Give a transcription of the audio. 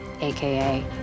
AKA